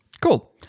Cool